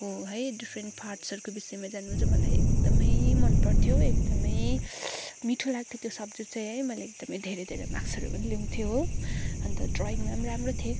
को है डिफ्रेन्ट पार्ट्सहरूको विषयमा जान्नु चाहिँ मलाई एकदमै मन पऱ्थ्यो एकदमै मिठो लाग्थ्यो त्यो सब्जेक्ट चाहिँ है मैले एकदमै धेरै धेरै मार्क्सहरू पनि ल्याउँथ्यो हो अन्त ड्रइङमा नि राम्रो थिएँ